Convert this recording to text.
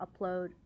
upload